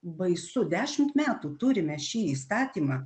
baisu dešimt metų turime šį įstatymą